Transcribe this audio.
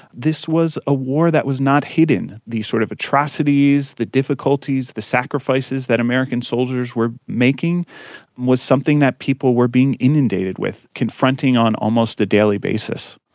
this was a war that was not hidden, these sort of atrocities, the difficulties, the sacrifices that american soldiers were making was something that people were being inundated with, confronting on almost a daily basis.